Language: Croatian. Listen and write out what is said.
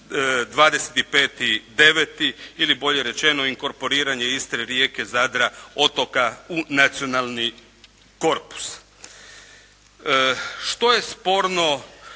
25.9. ili bolje rečeno inkorporiranje Istre, Rijeke, Zadra, otoka u nacionalni korpus. Što je sporno